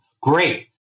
Great